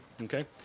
Okay